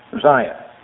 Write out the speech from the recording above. Zion